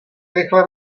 rychle